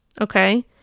okay